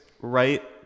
right